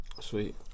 Sweet